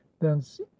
thence